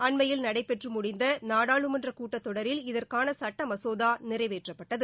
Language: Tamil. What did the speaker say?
அண்மையில் நடைபெற்று முடிந்த நாடாளுமன்ற கூட்டத் தொடரில் இதற்கான சட்ட மசோதா நிறைவேற்றப்பட்டது